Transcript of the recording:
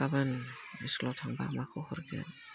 गाबोन स्खुलाव थांबा माखौ हरगोन